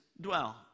dwell